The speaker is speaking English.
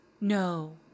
No